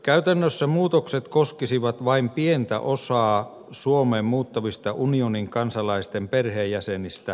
käytännössä muutokset koskisivat vain pientä osaa suomeen muuttavista unionin kansalaisten perheenjäsenistä